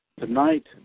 Tonight